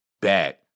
Bad